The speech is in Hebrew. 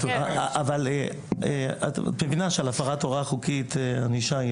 אבל את מבינה שעל הפרת הוראה חוקית ענישה היא